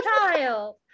Child